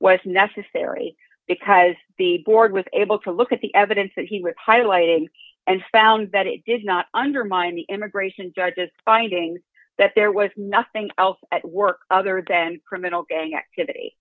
was necessary because the board was able to look at the evidence that he was highlighting and found that it did not undermine the immigration judges findings that there was nothing else at work other than criminal gang